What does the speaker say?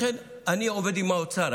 לכן אני עובד עם האוצר.